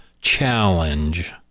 challenge